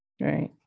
Right